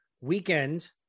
weekend